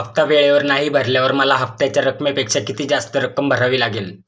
हफ्ता वेळेवर नाही भरल्यावर मला हप्त्याच्या रकमेपेक्षा किती जास्त रक्कम भरावी लागेल?